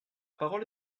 parole